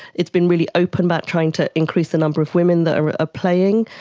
it's been really open about trying to increase the number of women that are playing.